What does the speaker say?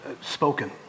Spoken